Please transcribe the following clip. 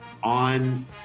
on